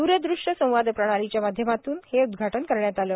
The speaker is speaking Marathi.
दुर दृष्य संवाद प्रणालीच्या माध्यमातून हे उदघाटन करण्यात आलं